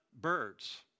birds